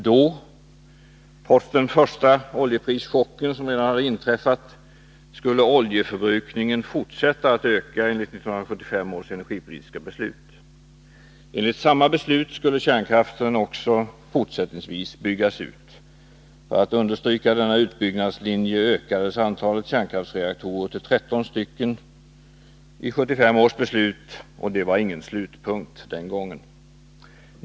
Då, trots att den första oljeprischocken redan hade inträffat, skulle oljeförbrukningen fortsätta att öka enligt 1975 års energipolitiska beslut. Enligt samma beslut skulle kärnkraften också fortsättningsvis byggas ut. För att understryka denna utbyggnadslinje ökades antalet kärnkraftsreaktorer till 13 stycken i 1975 års beslut, och det var ingen slutpunkt den gången.